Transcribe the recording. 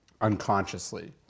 unconsciously